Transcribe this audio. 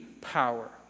power